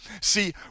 See